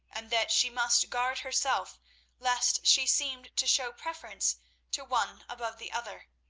and that she must guard herself lest she seemed to show preference to one above the other.